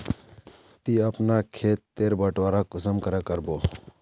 ती अपना खेत तेर बटवारा कुंसम करे करबो?